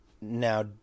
now –